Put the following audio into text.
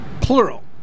plural